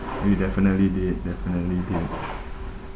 we definitely did definitely did